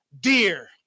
dear